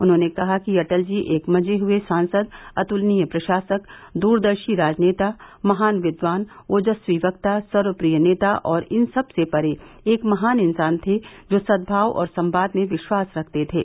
उन्होंने कहा कि अटल जी एक मंजे हुए सांसद अतुलनीय प्रशासक दूरदर्शी राजनेता महान विद्वान ओजस्वी वक्ता सर्वप्रिय नेता और इन सबसे परे एक महान इंसान थे जो सद्भाव और सवाद में विश्वास रखते थे